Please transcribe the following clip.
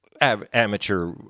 amateur